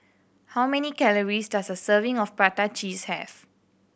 how many calories does a serving of prata cheese have